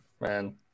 man